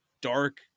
dark